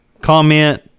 comment